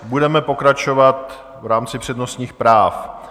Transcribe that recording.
Budeme pokračovat v rámci přednostních práv.